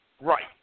Right